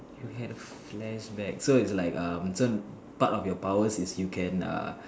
you had a flashback so it's like um part of your powers is you can err